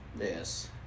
yes